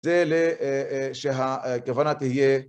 זה שהכוונה תהיה